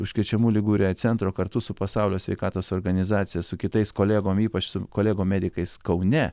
užkrečiamų ligų ir aids centro kartu su pasaulio sveikatos organizacija su kitais kolegom ypač su kolegom medikais kaune